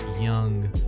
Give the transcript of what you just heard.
young